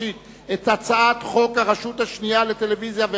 אני קובע שהצעת חוק סדר הדין הפלילי (סמכויות אכיפה,